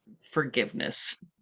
forgiveness